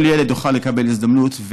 כל ילד יוכל לקבל הזדמנות.